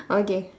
okay